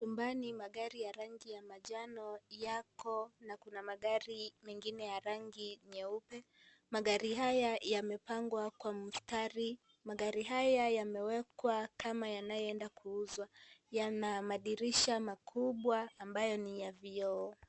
Nyumbani magari ya manjano yako na kuna magari mengine ya rangi nyeupe. Magari haya yamepangwa kwa mstari. Magari haya yamewekwa kama yanaenda kuuzwa. Yana madirisha makubwa ambayo ni ya vioo.